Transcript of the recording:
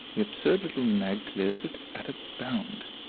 the absurd little nag clears it at a bound,